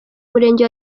murenge